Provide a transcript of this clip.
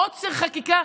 עוצר חקיקה,